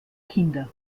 kinder